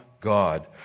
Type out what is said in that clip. God